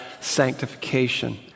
sanctification